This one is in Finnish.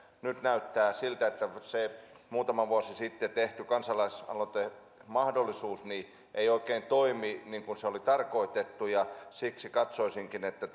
nyt näyttää siltä että se muutama vuosi sitten tehty kansalaisaloitemahdollisuus ei oikein toimi niin kuin oli tarkoitettu ja siksi katsoisinkin että